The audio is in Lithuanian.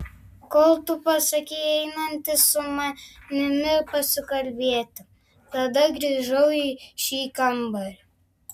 kol tu pasakei einantis su manimi pasikalbėti tada grįžau į šį kambarį